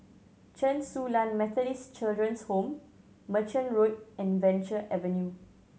Chen Su Lan Methodist Children's Home Merchant Road and Venture Avenue